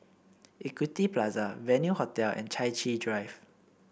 Equity Plaza Venue Hotel and Chai Chee Drive